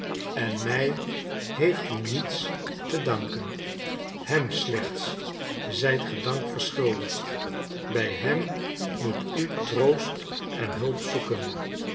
en mij heeft u niets te danken hem slechts zijt ge dank verschuldigd bij hem moet u troost en hulp zoeken